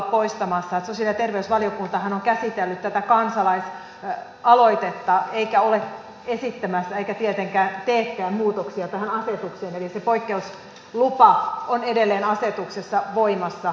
sosiaali ja terveysvaliokuntahan on käsitellyt tätä kansalaisaloitetta eikä ole esittämässä eikä tietenkään teekään muutoksia tähän asetukseen eli se poikkeuslupa on edelleen asetuksessa voimassa